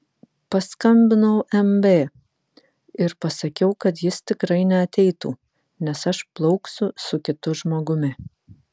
paskambinau mb ir pasakiau kad jis tikrai neateitų nes aš plauksiu su kitu žmogumi